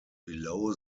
below